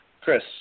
Chris